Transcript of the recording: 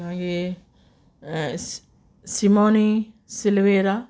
मागीर सिमोनी सिल्वेरा